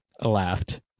laughed